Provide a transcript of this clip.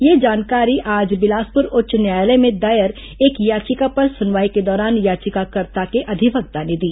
यह जानकारी आज बिलासपुर उच्च न्यायालय में दायर एक याचिका पर सुनवाई के दौरान याचिकाकर्ता के अधिवक्ता ने दी